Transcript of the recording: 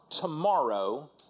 tomorrow